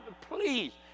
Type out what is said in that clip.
Please